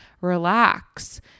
relax